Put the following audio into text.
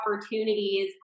opportunities